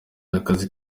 akazi